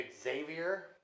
Xavier